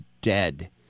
dead